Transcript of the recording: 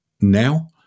now